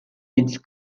its